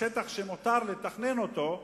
השטח שמותר לתכנן אותו,